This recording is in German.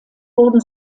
wurden